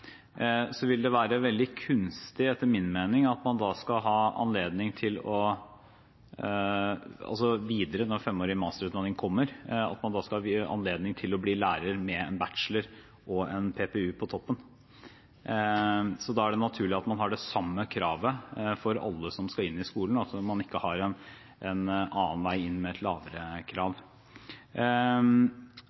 vil det være veldig kunstig, etter min mening, at man da – når femårig masterutdanning kommer – skal ha anledning til å bli lærer med bachelorgrad og PPU på toppen. Så da er det naturlig at man har det samme kravet for alle som skal inn i skolen, og at man ikke har en annen vei inn med et lavere krav.